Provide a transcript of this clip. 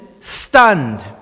stunned